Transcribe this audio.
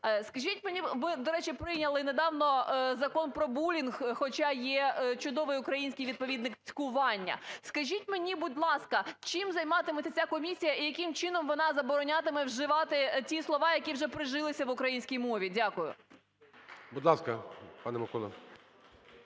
Скажіть мені… Ми, до речі, прийняли недавно закон про булінг, хоча є чудовий український відповідник "цькування". Скажіть мені, будь ласка, чим займатиметься ця комісія і яким чином вона заборонятиме вживати ті слова, які вже прижилися в українській мові? Дякую. ГОЛОВУЮЧИЙ. Будь ласка, пане Миколо.